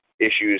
issues